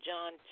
John